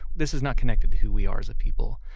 this is not connected to who we are as a people.